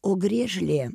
o griežlė